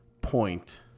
point